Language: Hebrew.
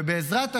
ובעזרת השם,